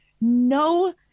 no